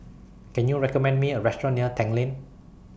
Can YOU recommend Me A Restaurant near Tanglin